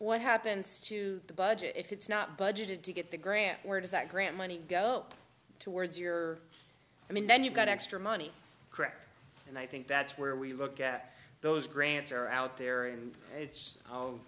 what happens to the budget if it's not budgeted to get the grant or does that grant money go towards your i mean then you've got extra money correct and i think that's where we look at those grants are out there and it's